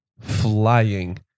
flying